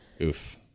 Oof